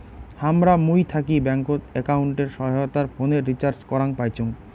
হামরা মুই থাকি ব্যাঙ্কত একাউন্টের সহায়তায় ফোনের রিচার্জ করাং পাইচুঙ